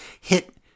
hit